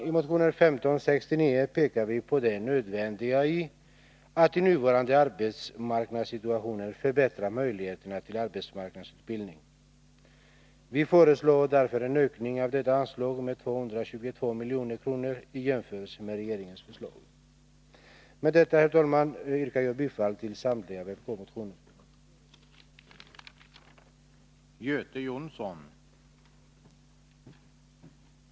I motionen 1569 pekar vi på det nödvändiga i att i nuvarande arbetsmarknadssituation förbättra möjligheterna till arbetsmarknadsutbildning. Vi föreslår därför en ökning av detta anslag med 222 milj.kr. i jämförelse med regeringens förslag. Med detta, herr talman, yrkar jag bifall till samtliga i betänkandet behandlade vpk-motioner.